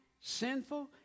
sinful